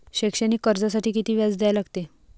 शैक्षणिक कर्जासाठी किती व्याज द्या लागते?